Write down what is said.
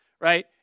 right